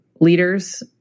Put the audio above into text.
leaders